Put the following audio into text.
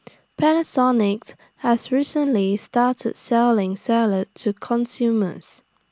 Panasonic has recently started selling salad to consumers